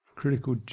critical